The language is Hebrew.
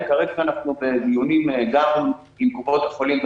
כרגע אנחנו בדיונים גם עם קופות החולים,